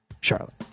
Charlotte